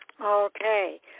Okay